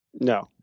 No